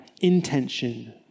intention